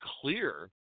clear